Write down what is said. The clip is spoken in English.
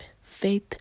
faith